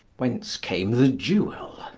whence came the jewel?